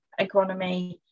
agronomy